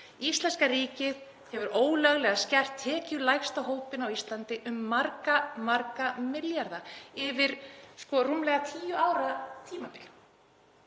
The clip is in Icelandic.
Íslenska ríkið hefur ólöglega skert tekjulægsta hópinn á Íslandi um marga milljarða yfir rúmlega tíu ára tímabil.